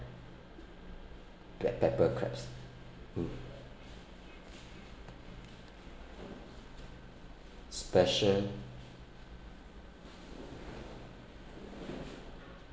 black pepper crabs mm special